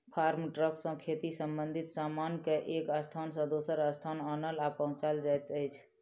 farm truck सॅ खेती संबंधित सामान के एक स्थान सॅ दोसर स्थान आनल आ पहुँचाओल जाइत अछि